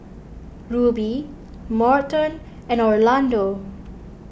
Rubie Morton and Orlando